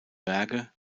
berge